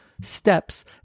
steps